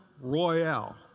royale